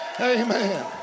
Amen